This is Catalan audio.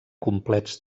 complets